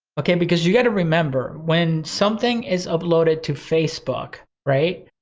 okay? because you got to remember when something is uploaded to facebook, right?